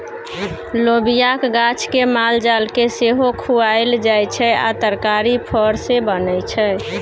लोबियाक गाछ केँ मालजाल केँ सेहो खुआएल जाइ छै आ तरकारी फर सँ बनै छै